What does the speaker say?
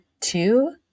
two